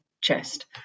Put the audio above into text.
chest